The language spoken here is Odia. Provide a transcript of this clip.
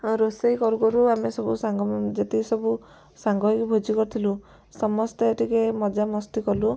ଆଉ ରୋଷେଇ କରୁ କରୁ ଆମେ ସବୁ ସାଙ୍ଗ ଯେତିକି ସବୁ ସାଙ୍ଗ ହୋଇକି ଭୋଜି କରିଥିଲୁ ସମସ୍ତେ ଟିକିଏ ମଜାମସ୍ତି କଲୁ